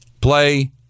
play